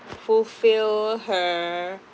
fulfill her